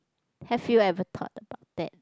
have you ever thought about that